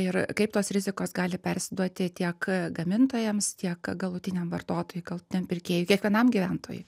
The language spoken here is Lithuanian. ir kaip tos rizikos gali persiduoti tiek gamintojams tiek galutiniam vartotojui galutiniam pirkėjui kiekvienam gyventojui